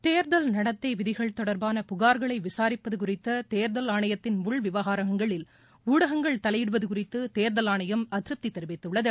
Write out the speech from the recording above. தேர்தல் நடத்தை விதிகள் தொடர்பான புகார்களை விசாரிப்பது குறித்த தேர்தல் ஆணையத்தின் உள்விவகாரங்களில் ஊடகங்கள் தலையிடுவது குறித்து தே்தல் ஆணையம் அதிருப்தி தெிவித்துள்ளது